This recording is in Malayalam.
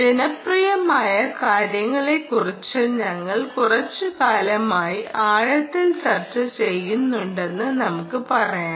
ജനപ്രിയമായ കാര്യങ്ങളെക്കുറിച്ച് ഞങ്ങൾ കുറച്ചുകാലമായി ആഴത്തിൽ ചർച്ച ചെയ്യുന്നുണ്ടെന്ന് നമുക്ക് പറയാം